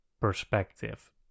perspective